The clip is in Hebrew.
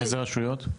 איזה רשויות?